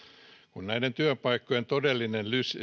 koska näiden työpaikkojen todellinen